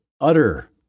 utter